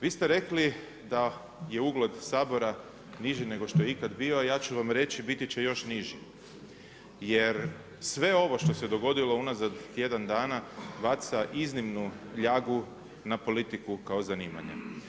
Vi ste rekli da je ugled Sabora niži nego što je ikad bio, a ja ću vam reći biti će još niži, jer sve ovo što se dogodilo unazad tjedan dana baca iznimnu ljagu na politiku kao zanimanje.